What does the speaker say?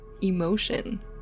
emotion